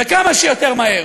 וכמה שיותר מהר.